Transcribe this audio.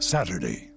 Saturday